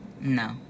No